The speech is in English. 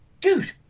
dude